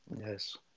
yes